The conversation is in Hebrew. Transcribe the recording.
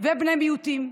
ובני מיעוטים.